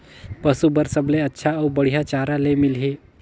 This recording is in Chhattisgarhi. पशु बार सबले अच्छा अउ बढ़िया चारा ले मिलही?